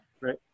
Right